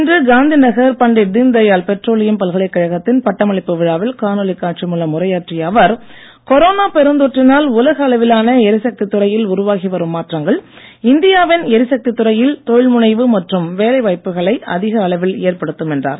இன்று காந்திநகர் பண்டிட் தீன்தயாள் பெட்ரோலியம் பல்கலைக்கழகத்தின் பட்டமளிப்பு விழாவில் காணொலி காட்சி மூலம் உரையாற்றிய அவர் கொரோனா பெருந்தொற்றினால் உலக அளவிலான எரிசக்தித் துறையில் உருவாகி வரும் மாற்றங்கள் இந்தியாவின் எரிசக்தித் துறையில் தொழில் முனைவு மற்றும் வேலை வாய்ப்புகளை அதிக அளவில் ஏற்படுத்தும் என்றார்